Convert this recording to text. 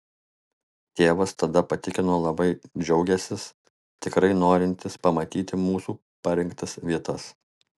tėvas tada patikino labai džiaugiąsis tikrai norintis pamatyti mūsų parinktas vietas